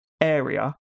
area